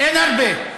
אין הרבה.